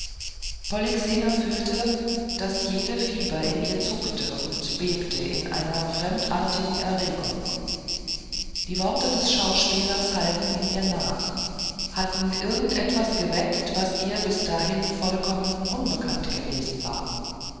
polyxena fühlte daß jede fiber in ihr zuckte und bebte in einer fremdartigen erregung die worte des schauspielers hallten in ihr nach hatten irgend etwas geweckt was ihr bis dahin vollkommen unbekannt gewesen war